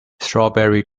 strawberry